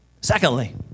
Secondly